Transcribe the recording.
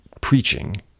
preaching